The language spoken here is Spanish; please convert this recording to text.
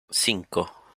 cinco